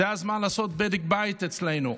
זה הזמן לעשות בדק בית אצלנו,